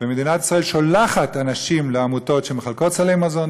מדינת ישראל שולחת אנשים לעמותות שמחלקות סלי מזון.